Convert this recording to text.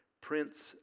Prince